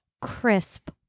crisp